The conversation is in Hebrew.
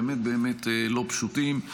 באמת באמת לא פשוטים.